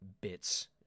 bits